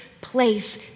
place